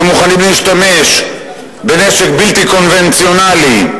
שמוכנים להשתמש בנשק בלתי קונבנציונלי,